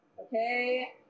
Okay